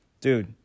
dude